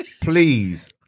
please